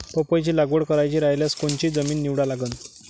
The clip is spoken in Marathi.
पपईची लागवड करायची रायल्यास कोनची जमीन निवडा लागन?